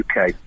uk